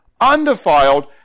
undefiled